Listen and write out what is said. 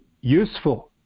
useful